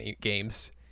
games